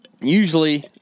usually